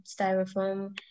styrofoam